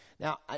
Now